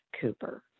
Cooper